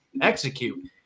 execute